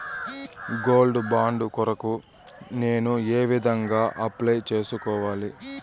Gold bond కొరకు నేను ఏ విధంగా అప్లై సేసుకోవాలి?